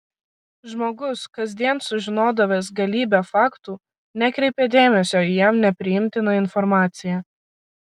žmogus kasdien sužinodavęs galybę faktų nekreipė dėmesio į jam nepriimtiną informaciją